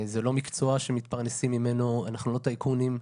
זה לא מקצוע שמתפרנסים ממנו, אנחנו לא טייקונים.